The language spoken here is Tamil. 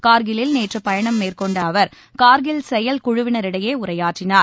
கார்கிலில் நேற்று பயணம் மேற்கொண்ட அவர் கார்கில் செயல் குழுவினரிடையே உரையாற்றினார்